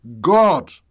God